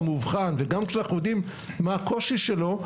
מאובחן וגם שאנחנו יודעים מה הקושי שלו,